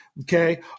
okay